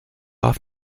off